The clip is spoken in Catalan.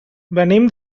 venim